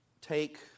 take